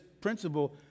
principle